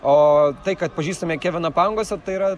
o tai kad pažįstame keviną pangosą tai yra